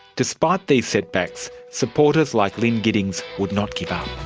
despite these setbacks, supporters like lynne giddings would not give up.